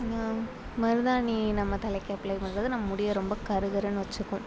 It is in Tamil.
மருதாணி நம்ம தலைக்கு அப்ளே பண்ணுறது நம்ம முடியை ரொம்ப கரு கருனு வச்சுக்கும்